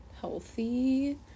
healthy